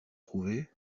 trouvés